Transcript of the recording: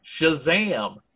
Shazam